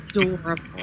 adorable